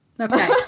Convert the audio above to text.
okay